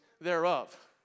thereof